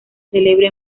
celebra